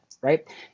right